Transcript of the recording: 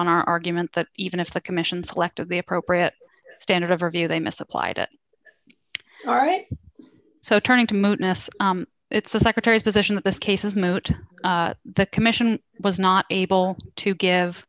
on our argument that even if the commission selected the appropriate standard of review they misapplied it all right so turning to the secretary's position that this case is moot the commission was not able to give